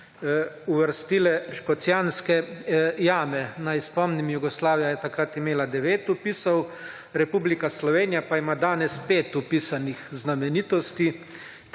uvrstile Škocjanske jame. Naj spomnim, Jugoslavija je takrat imela devet vpisov, Republika Slovenija pa ima danes pet vpisanih znamenitosti,